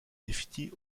définie